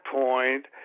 point